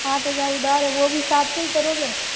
आठ हज़ार उधार वह भी साथ में ही करोगे